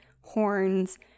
horns